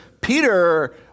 Peter